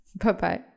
Bye-bye